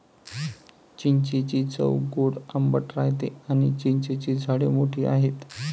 चिंचेची चव गोड आंबट राहते आणी चिंचेची झाडे मोठी आहेत